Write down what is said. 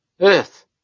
Earth